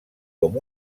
com